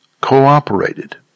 cooperated